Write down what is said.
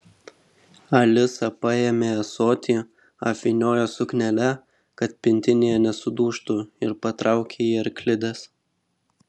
alisa paėmė ąsotį apvyniojo suknele kad pintinėje nesudužtų ir patraukė į arklides